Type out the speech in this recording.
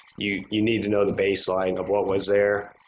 you you need to know the baseline of what was there,